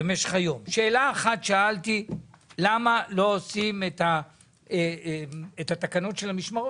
שאלה אחת הייתה למה לא עושים באופן קבוע את התקנות של המשמרות.